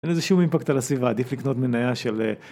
אין לזה שום אימפקט על הסביבה עדיף לקנות מניה של.